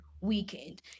weekend